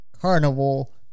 carnival